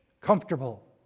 comfortable